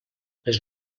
les